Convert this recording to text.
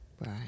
right